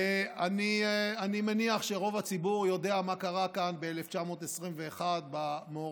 אני מניח שרוב הציבור יודע מה קרה כאן ב-1921 במאורעות,